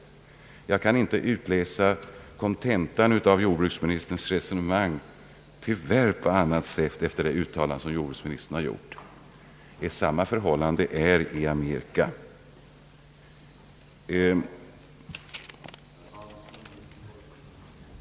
— Jag kan tyvärr inte utläsa kontentan av jordbruksministerns resonemang på annat sätt efter det uttalande som statsrådet gjort. I USA vill man på allt sätt från ansvariga politiker stimulera jordbrukarna till samverkan för att följa varan vidare från producentledet till konsumenten.